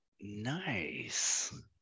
Nice